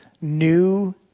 new